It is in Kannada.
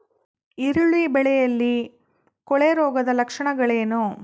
ಈರುಳ್ಳಿ ಬೆಳೆಯಲ್ಲಿ ಕೊಳೆರೋಗದ ಲಕ್ಷಣಗಳೇನು?